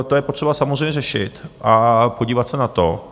To je potřeba samozřejmě řešit a podívat se na to.